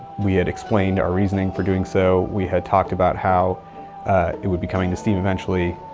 we had explained our reasoning for doing so. we had talked about how it would be coming to steam eventually.